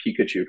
Pikachu